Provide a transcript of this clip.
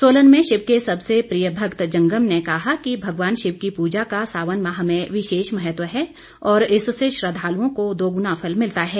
सोलन में शिव के सबसे प्रिय भक्त जंगम ने कहा कि भगवान शिव की पूजा का सावन माह में विशेष महत्व है और इससे श्रद्वालुओं को दोगुना फल मिलता है